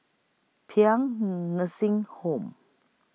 Paean Nursing Home